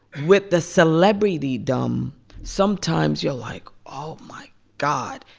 with the celebritydom, sometimes, you're like, oh, my god.